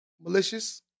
malicious